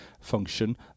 function